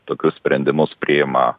tokius sprendimus priima